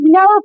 no